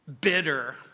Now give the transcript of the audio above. bitter